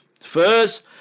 First